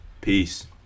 peace